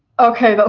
okay, but